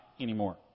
anymore